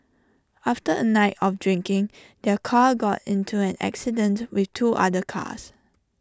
after A night of drinking their car got into an accident with two other cars